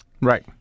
Right